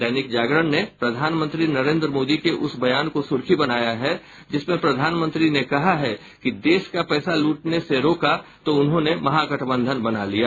दैनिक जागरण ने प्रधानमंत्री नरेंद्र मोदी के उस बयान को सुर्खी बनाया है जिसमें प्रधानमंत्री ने कहा है कि देश का पैसा लूटने से रोका तो उन्होंने महागठबंधन बना लिया